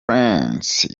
prince